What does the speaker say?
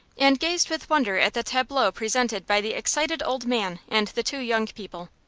and gazed with wonder at the tableau presented by the excited old man and the two young people.